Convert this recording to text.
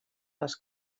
les